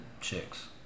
chicks